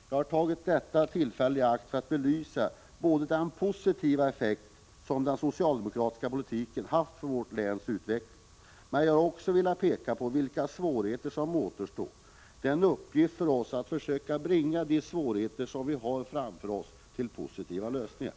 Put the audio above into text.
Jag har tagit detta tillfälle i akt för att belysa den positiva effekt som den socialdemokratiska politiken haft för vårt läns utveckling. Men jag har också velat peka på vilka svårigheter som återstår. Det är en uppgift för oss att försöka bringa de svårigheter som vi har framför oss till positiva lösningar.